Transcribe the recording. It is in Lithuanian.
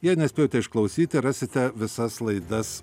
jei nespėjote išklausyti rasite visas laidas